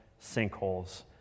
sinkholes